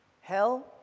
Hell